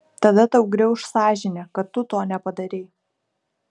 tada tau griauš sąžinė kad tu to nepadarei